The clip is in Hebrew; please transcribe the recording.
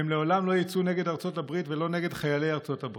והם לעולם לא יצאו נגד ארצות הברית ולא נגד חיילי ארצות הברית.